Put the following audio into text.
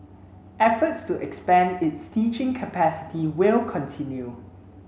efforts to expand its teaching capacity will continue